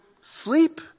sleep